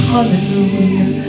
Hallelujah